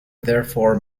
therefore